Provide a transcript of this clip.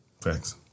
Thanks